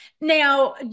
Now